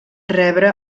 rebre